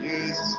Yes